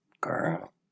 Girl